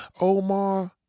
Omar